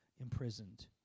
imprisoned